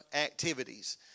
activities